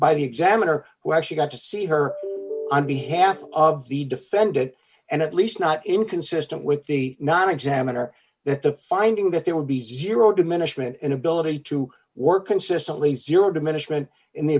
by the examiner who actually got to see her on behalf of the defendant and at least not inconsistent with the non examiner that the finding that there would be zero diminishment inability to work consistently zero diminishment in the